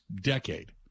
decade